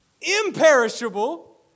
imperishable